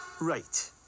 Right